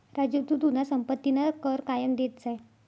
राजू तू तुना संपत्तीना कर कायम देत जाय